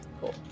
Cool